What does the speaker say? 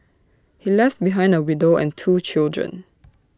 he left behind A widow and two children